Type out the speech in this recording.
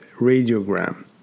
radiogram